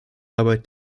arbeit